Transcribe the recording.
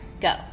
Go